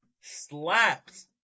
slaps